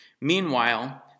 Meanwhile